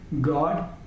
God